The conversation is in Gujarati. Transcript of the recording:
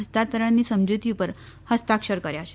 હસ્તાંતરણની સમજુતી ઉપર હસ્તાક્ષર કર્યા છે